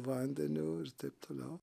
vandeniu ir taip toliau